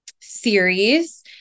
series